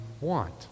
want